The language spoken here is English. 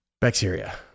Bacteria